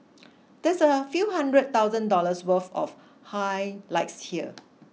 that's a few hundred thousand dollars worth of highlights here